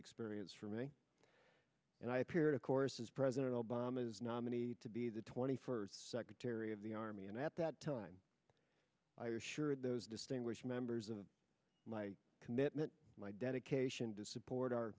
experience for me and i appeared of course is president obama's nominee to be the twenty first secretary of the army and at that time i assure those distinguished members of my commitment my dedication to support our